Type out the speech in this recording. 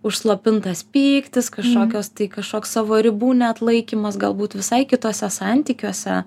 užslopintas pyktis kašokios tai kažkoks savo ribų neatlaikymas galbūt visai kituose santykiuose